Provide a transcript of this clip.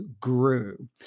grew